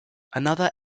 another